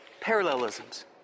Parallelisms